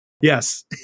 Yes